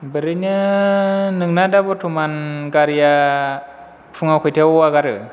ओरैनो नोंना दा बर्थमान गारिया फुङाव खयथायाव आगारो